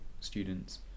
students